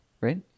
Right